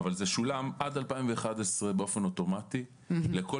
אבל זה שולם עד 2011 באופן אוטומטי לכל